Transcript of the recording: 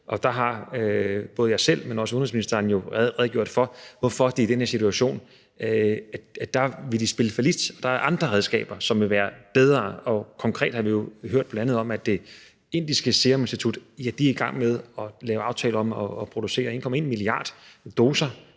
og der har både jeg selv, men også udenrigsministeren jo redegjort for, hvorfor de i den her situation ville spille fallit; der er andre redskaber, som vil være bedre. Konkret har vi jo bl.a. hørt om, at det indiske seruminstitut er i gang med at lave aftaler om at producere 1,1 milliard doser